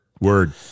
Word